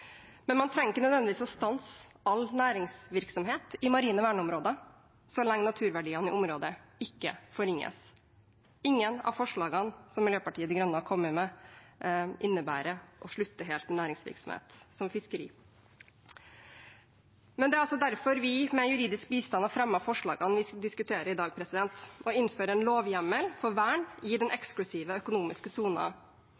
Men man trenger ikke nødvendigvis å stanse all næringsvirksomhet i marine verneområder, så lenge naturverdiene i området ikke forringes. Ingen av forslagene som Miljøpartiet De Grønne har kommet med, innebærer å slutte helt med næringsvirksomhet, som fiskeri. Det er derfor vi med juridisk bistand har fremmet forslagene vi diskuterer i dag: å innføre en lovhjemmel for vern i den